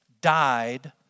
died